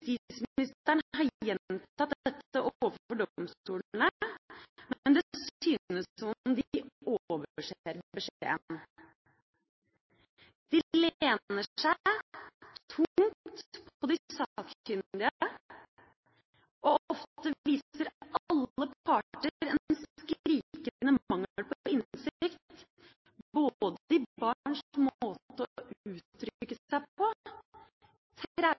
har gjentatt dette overfor domstolene, men det synes som om de overser beskjeden. De lener seg tungt på de sakkyndige, og ofte viser alle parter en skrikende mangel på innsikt både i barns måte å uttrykke seg på,